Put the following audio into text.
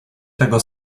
tego